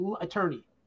attorney